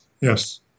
Yes